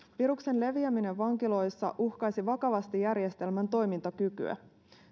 viruksen leviäminen vankiloissa uhkaisi vakavasti järjestelmän toimintakykyä